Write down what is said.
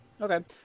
Okay